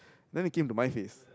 then it came to my face